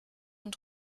und